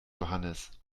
johannes